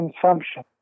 consumption